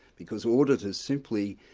because auditors simply.